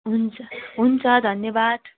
हुन्छ हुन्छ धन्यवाद